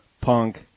punk